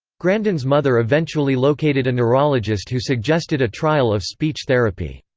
grandin's mother eventually located a neurologist who suggested a trial of speech therapy.